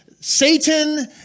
Satan